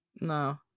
No